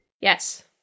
Yes